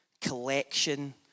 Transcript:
collection